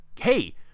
Hey